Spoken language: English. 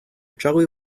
jolly